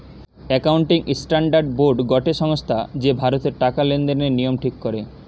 accounting standard board গটে সংস্থা যে ভারতের টাকা লেনদেনের নিয়ম ঠিক করে